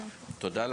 תודה.